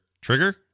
trigger